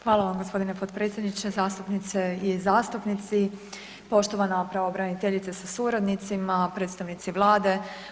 Hvala vam g. potpredsjedniče, zastupnice i zastupnici, poštovana pravobraniteljice sa suradnicima, predstavnici vlade.